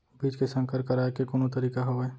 बीज के संकर कराय के कोनो तरीका हावय?